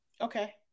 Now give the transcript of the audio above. Okay